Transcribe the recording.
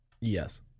Yes